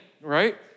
right